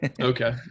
Okay